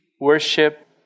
worship